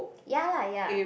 ya lah ya